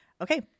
Okay